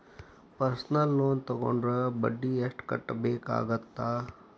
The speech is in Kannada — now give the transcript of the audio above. ಪರ್ಸನಲ್ ಲೋನ್ ತೊಗೊಂಡ್ರ ಬಡ್ಡಿ ಎಷ್ಟ್ ಕಟ್ಟಬೇಕಾಗತ್ತಾ